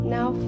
Now